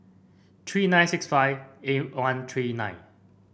three nine six five eight one three nine